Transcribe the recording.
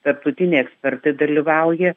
tarptautiniai ekspertai dalyvauja